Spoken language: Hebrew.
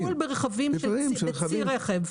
טיפול בצי רכב.